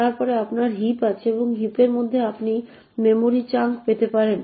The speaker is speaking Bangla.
তারপরে আপনার হিপ আছে এবং হিপের মধ্যে আপনি মেমোরি চাঙ্ক পেতে পারেন